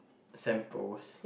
samples